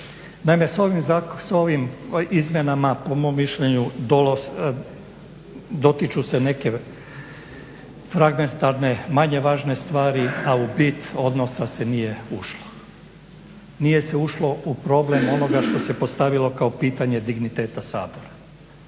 Naime, s ovim izmjenama, po mom mišljenju, dotiču se neke fragmentarne manje važne stvari, a u bit odnosa se nije ušlo. Nije se ušlo u problem onoga što se postavilo kao pitanje digniteta Sabora.